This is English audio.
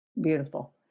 Beautiful